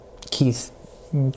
Keith